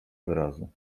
wyrazu